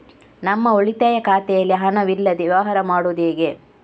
ನಮ್ಮ ಉಳಿತಾಯ ಖಾತೆಯಲ್ಲಿ ಹಣವಿಲ್ಲದೇ ವ್ಯವಹಾರ ಮಾಡುವುದು ಹೇಗೆ?